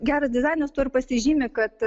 geras dizainas tuo ir pasižymi kad